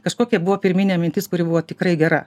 kažkokia buvo pirminė mintis kuri buvo tikrai gera